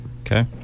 okay